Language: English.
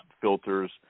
filters